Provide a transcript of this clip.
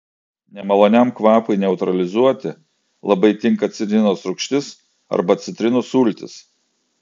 nemaloniam kvapui neutralizuoti labai tinka citrinos rūgštis arba citrinų sultys